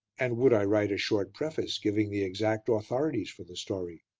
and would i write a short preface giving the exact authorities for the story?